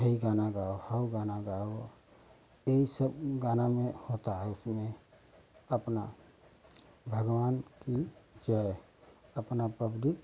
हेई गाना गाओ हाओ गाना गाओ यही सब गाना में होता है उसमें अपना भगवान की जय अपना पब्लिक